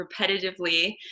repetitively